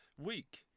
week